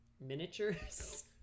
miniatures